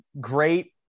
great